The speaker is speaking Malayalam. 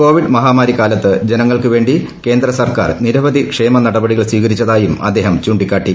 കോവിഡ് മഹാമാരിക്കാലത്ത് ജനങ്ങൾക്കുവേണ്ടി കേന്ദ്ര സർക്കാർ നിരവധി ക്ഷേമ നടപടികൾ സ്വീകരിച്ചതായും അദ്ദേഹം ചൂണ്ടിക്കാട്ടി